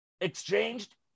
exchanged